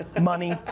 money